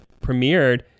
premiered